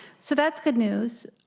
so that is good news.